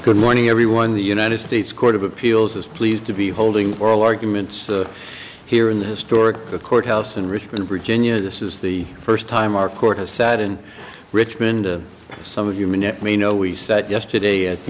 good morning everyone the united states court of appeals is pleased to be holding oral arguments here in the historic a courthouse in richmond virginia this is the first time our court has sat in richmond some of human yet may know we sat yesterday at the